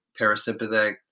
parasympathetic